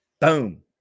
Boom